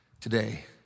today